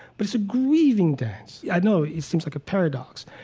but it's a grieving dance. i know, it seems like a paradox.